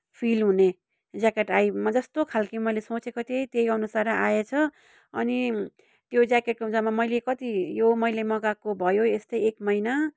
feel हुने jacket आइ म जस्तो खालको म जस्तै सोचेको थिएँ त्यही अनुसार आएछ अनि त्यो ज्याकेटको जम्मा मैले कति यो मैले मगाएको भयो यस्तै एक महिना